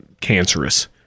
cancerous